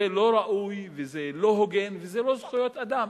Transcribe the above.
זה לא ראוי וזה לא הוגן, וזה לא זכויות אדם.